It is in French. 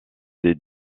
des